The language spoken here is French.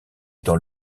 dans